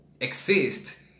exist